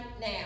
now